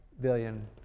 billion